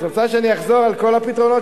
את רוצה שאני אחזור על כל הפתרונות?